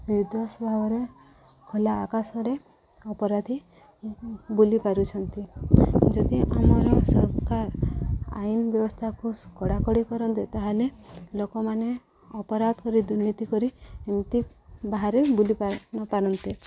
ନିର୍ଦ୍ଦେଶ ଭାବରେ ଖୋଲା ଆକାଶରେ ଅପରାଧୀ ବୁଲି ପାରୁଛନ୍ତି ଯଦି ଆମର ସରକାର ଆଇନ ବ୍ୟବସ୍ଥାକୁ କଡ଼ାକଡ଼ି କରନ୍ତେ ତା'ହେଲେ ଲୋକମାନେ ଅପରାଧ କରି ଦୁର୍ନୀତି କରି ଏମିତି ବାହାରେ ବୁଲି ନପାରନ୍ତେ